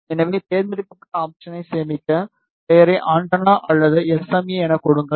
எனவே தேர்ந்தெடுக்கப்பட்ட ஆப்ஷனை சேமிக்க பெயரை ஆண்டெனா அல்லது எம்எஸ்ஏ எனக் கொடுங்கள்